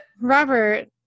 Robert